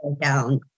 down